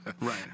Right